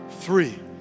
Three